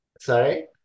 Sorry